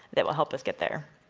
that will help us get there.